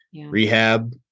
rehab